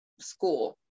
school